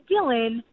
Dylan